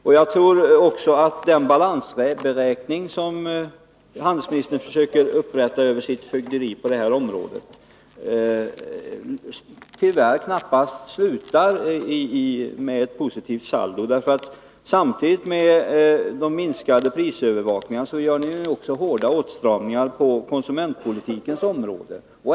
Tyvärr är det nog så, att den balansberäkning som handelsministern försöker göra beträffande sitt fögderi på det här området knappast resulterar i ett positivt saldo. Samtidigt som kraven på prisövervakningar minskar görs ju hårda åtstramningar på konsumentpolitikens område.